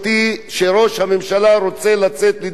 שראש הממשלה רוצה לצאת ידי חובה.